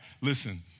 listen